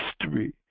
history